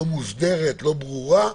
לא מוסדרת ולא ברורה.